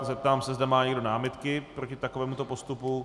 Zeptám se, zda má někdo námitky proti takovémuto postupu.